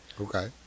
Okay